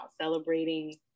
celebrating